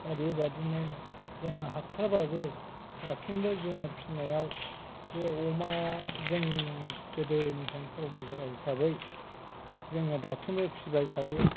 दा बेबादिनो जोङो हाथ्राबाबो दासिमबो जुनात फिनायाव बे अमा जोंनिनो गोदोनिफ्रायनो परमेल हिसाबै जोङो दासिमबो फिबाय थायो